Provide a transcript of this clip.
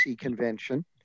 convention